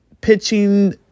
pitching